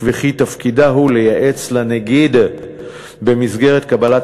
וכי תפקידה הוא לייעץ לנגיד במסגרת קבלת